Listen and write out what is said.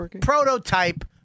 prototype